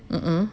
mm mm